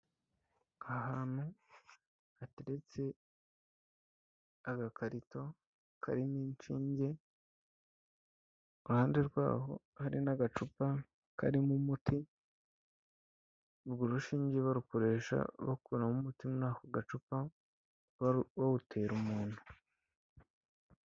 Ahantu hateretse agakarito karimo inshinge, ku ruhande rwaho hari n'agacupa karimo umuti, urwo rushinge barukoresha bakuramo umuti muri ako gacupa bawutera umuntu.